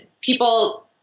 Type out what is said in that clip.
people